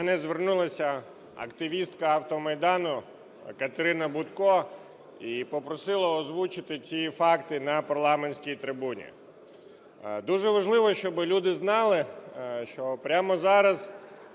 Є.В. До мене звернулася активістка "Автомайдану" Катерина Бутко і попросила озвучити ці факти на парламентській трибуні. Дуже важливо, щоби люди знали, що прямо зараз